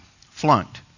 flunked